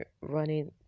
running